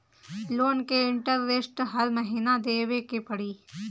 Loan के interest हर महीना देवे के पड़ी?